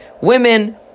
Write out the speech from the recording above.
women